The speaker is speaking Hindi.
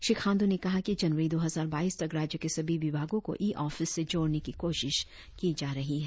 श्री खांडू ने कहा कि जनवरी दो हजार बाईस तक राज्य के सभी विभागों को ई ऑफिस से जोड़ने की कोशिश की जा रही है